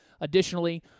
Additionally